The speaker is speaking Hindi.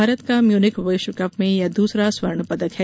भारत का म्यूनिख विश्व कप में यह दूसरा स्वर्ण पदक है